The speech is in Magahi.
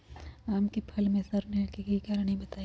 आम क फल म सरने कि कारण हई बताई?